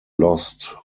lost